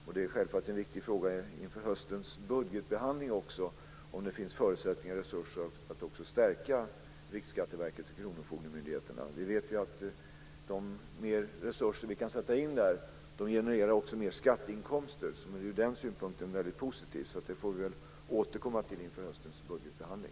Inför höstens budgetbehandling är det självfallet en viktig fråga om det finns förutsättningar och resurser för att stärka Riksskatteverket och kronofogdemyndigheterna. Vi vet att de resurser vi sätter in där också genererar mer skatteinkomster, något som ur den synvinkeln är väldigt positivt. Vi får väl återkomma till det inför höstens budgetbehandling.